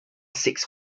six